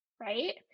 right